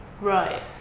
Right